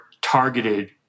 targeted